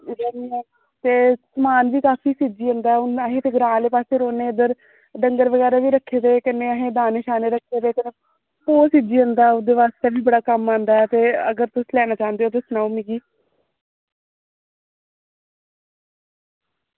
समान बी काफी सिज्जी जंदा अस ग्रां आह्ली बक्खी रौह्ने उद्धर असें डंगर बगैरा बी रक्खे दे कन्नै असें दाने बगैरा बी रक्खे दे ते ओह् सिज्जी जंदा ते एह् बड़ा कम्म औंदा ते दस्सी लैनां चाहंदे ते दस्सी लैयो मिगी